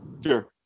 Sure